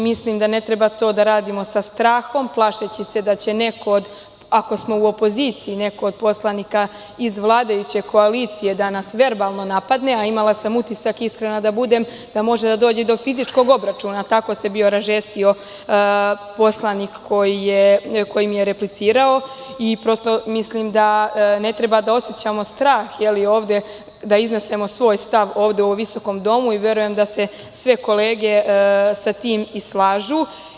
Mislim da ne treba to da radimo sa strahom, plašeći se da će neko, ako smo u opoziciji, od poslanika iz vladajuće koalicije da nas verbalno napadne, a imala sam utisak, iskrena da budem, da može da dođe do fizičkog obračuna, tako se bio ražestio poslanik koji mi je replicirao i prosto mislim da ne treba da osećamo strah da iznesemo svoj stav ovde u ovom visokom domu i verujem da se sve kolege sa tim i slažu.